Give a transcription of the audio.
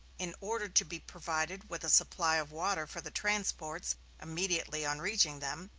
in order to be provided with a supply of water for the transports immediately on reaching them,